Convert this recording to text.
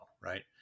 right